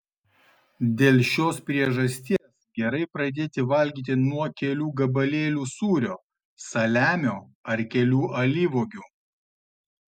dėl šios priežasties gerai pradėti valgyti nuo kelių gabalėlių sūrio saliamio ar kelių alyvuogių